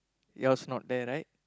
yours not there right